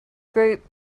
group